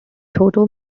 toto